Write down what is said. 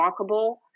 walkable